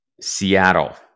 Seattle